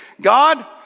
God